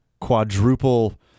quadruple